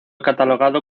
catalogado